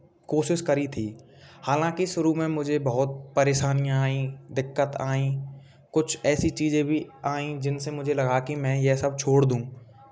कोशिश करी थी हालांकि शुरू में मुझे बहुत परेशानियाँ आईं दिक्कत आईं कुछ ऐसी चीज़ें भी आईं जिनसे मुझे लगा कि मैं ये सब छोड़ दूँ